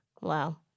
Wow